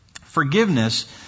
Forgiveness